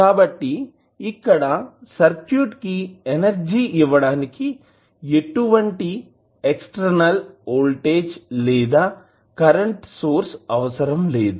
కాబట్టి ఇక్కడ సర్క్యూట్ కి ఎనర్జీ ఇవ్వడానికి ఎటువంటి ఎక్స్టర్నల్ వోల్టేజ్ లేదా కరెంటు సోర్స్ అవసరం లేదు